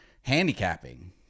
handicapping